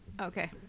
Okay